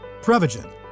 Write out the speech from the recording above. Prevagen